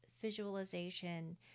visualization